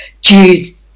Jews